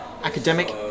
Academic